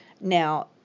Now